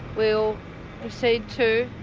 we'll proceed to